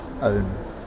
own